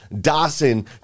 Dawson